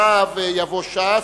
אחריו, ש"ס,